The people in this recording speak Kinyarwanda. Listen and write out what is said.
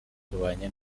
tubanye